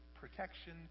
Protection